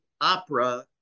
opera